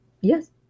Yes